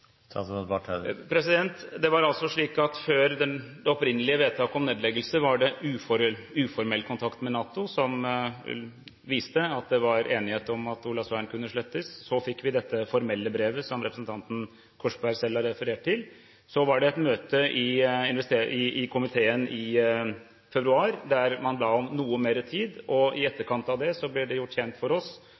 var enighet om at Olavsvern kunne slettes. Deretter fikk vi dette formelle brevet, som representanten Korsberg selv har referert til. Deretter var det et møte i komiteen i februar, hvor man ba om noe mer tid. I etterkant av det ble det gjort kjent for oss